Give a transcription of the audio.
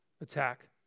attack